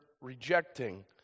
rejecting